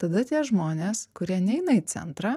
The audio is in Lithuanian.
tada tie žmonės kurie neina į centrą